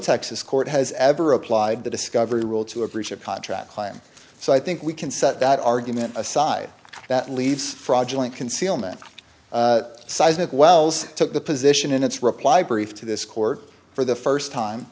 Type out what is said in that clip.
texas court has ever applied the discovery rule to a breach of contract client so i think we can set that argument aside that leaves fraudulent concealment seismic wells took the position in its reply brief to this court for the first time